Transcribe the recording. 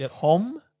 Tom